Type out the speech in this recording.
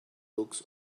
books